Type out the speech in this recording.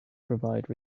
provide